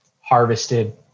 harvested